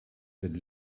wird